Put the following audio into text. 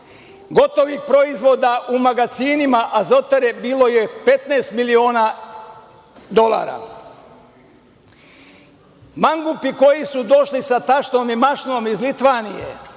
Gotovih proizvoda u magacinima Azotare bilo je 15 miliona dolara. Mangupi koji su došli sa tašnom i mašnom iz Litvanije